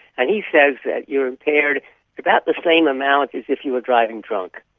and he says that you're impaired about the same amount as if you were driving drunk.